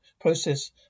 process